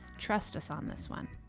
trust us on this one.